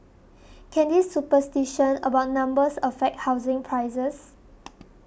can this superstition about numbers affect housing prices